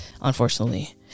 Unfortunately